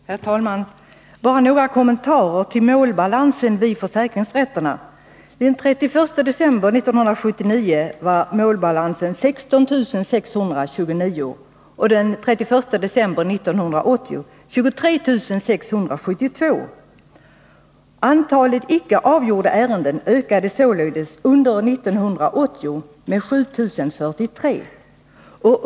Herr talman! Bara några kommentarer till målbalansen vid försäkringsrätterna. Den 31 december 1979 var målbalansen 16 629 ärenden, och den 31 december 1980 var den 23 672 ärenden. Antalet icke avgjorda ärenden ökade således under 1980 med 7 043.